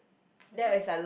for just